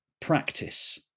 practice